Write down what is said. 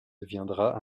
deviendra